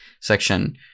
section